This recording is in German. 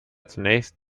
zunächst